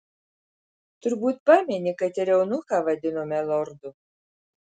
turbūt pameni kad ir eunuchą vadinome lordu